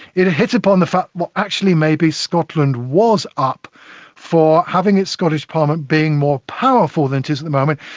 it hit upon the fact what actually maybe scotland was up for having its scottish parliament being more powerful than it is in the moment,